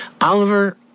Oliver